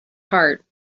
heart